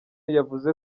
yavuze